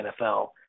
nfl